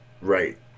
Right